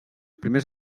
primers